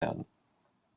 werden